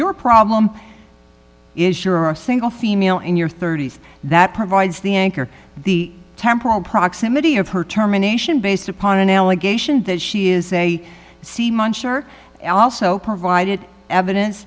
your problem is sure a single female in your thirty's that provides the anchor the temporal proximity of her terminations based upon an allegation that she is a c muncher also provided evidence